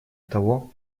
того